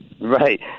Right